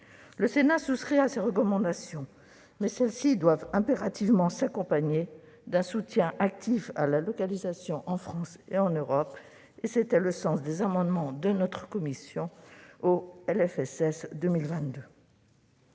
Le Sénat souscrit à ces recommandations. Mais celles-ci doivent impérativement s'accompagner d'un soutien actif à la localisation en France et en Europe : tel était le sens des amendements de notre commission déposés sur